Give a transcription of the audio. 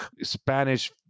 Spanish